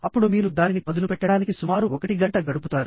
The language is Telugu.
అప్పుడు మీరు దానిని పదును పెట్టడానికి సుమారు 1 గంట గడుపుతారు